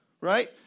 Right